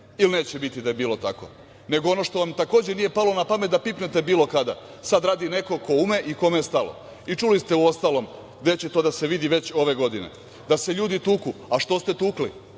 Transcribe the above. Ili neće biti da je bilo tako. Nego ono što vam takođe nije palo na pamet da pipnete bilo kada. Sada radi neko ko ume i kome je stalo. Čuli se uostalom gde će to da se vidi već ove godine. Da se ljudi tuku. Što ste tukli?